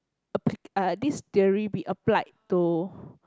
applic~ uh this theory be applied to